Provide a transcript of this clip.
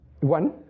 one